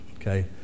okay